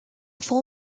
full